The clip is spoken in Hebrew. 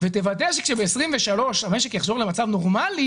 ותוודא שכשב-23' המשק יחזור למצב נורמלי